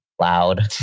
loud